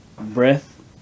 breath